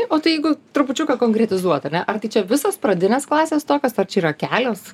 o tai jeigu trupučiuką konkretizuot ar ne ar tai čia visos pradinės klasės tokios ar čia yra kelios